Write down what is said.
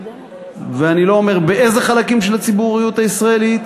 ואני לא אומר באיזה חלקים של הציבוריות הישראלית,